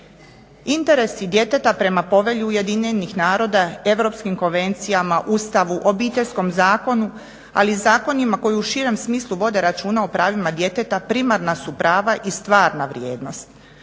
Interesi djeteta prema povelji Ujedinjenih naroda, europskim konvencijama, Ustavu, Obiteljskom zakonu, ali i zakonima koji u širem smislu vode računa o pravima djeteta primarna su prava i stvarna vrijednost.